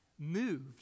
moved